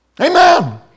Amen